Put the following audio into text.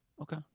Okay